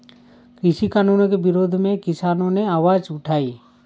कृषि कानूनों के विरोध में किसानों ने आवाज उठाई